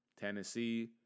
Tennessee